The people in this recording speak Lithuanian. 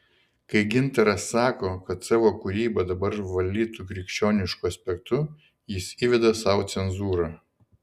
kai gintaras sako kad savo kūrybą dabar valytų krikščionišku aspektu jis įveda sau cenzūrą